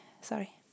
sorry